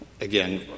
Again